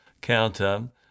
counter